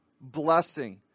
blessing